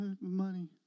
money